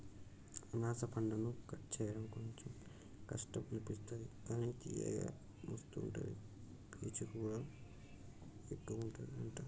అనాస పండును కట్ చేయడం కొంచెం కష్టం అనిపిస్తది కానీ తియ్యగా మస్తు ఉంటది పీచు కూడా ఎక్కువుంటది అంట